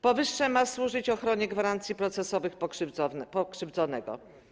Powyższe ma służyć ochronie gwarancji procesowych pokrzywdzonego.